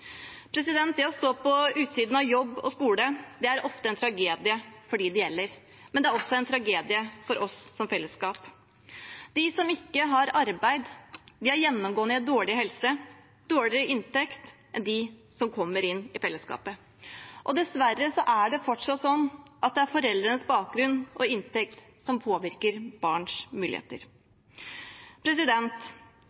Det å stå på utsiden av jobb og skole er ofte en tragedie for dem det gjelder, men det er også en tragedie for oss som fellesskap. De som ikke har arbeid, har gjennomgående dårligere helse, dårligere inntekt enn dem som kommer inn i fellesskapet. Dessverre er det fortsatt sånn at det er foreldrenes bakgrunn og inntekt som påvirker barns muligheter.